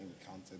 encountered